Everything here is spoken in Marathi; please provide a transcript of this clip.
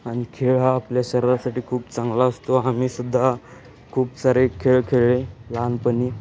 आणि खेळ हा आपल्या शरीरासाठी खूप चांगला असतो आम्हीसुद्धा खूप सारे खेळ खेळले लहानपणी